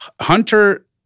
Hunter